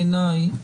בעיניי,